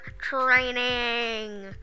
training